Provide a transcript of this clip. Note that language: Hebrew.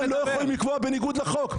- הם לא יכולים לקבוע בניגוד לחוק.